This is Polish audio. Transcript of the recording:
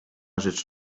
rzecz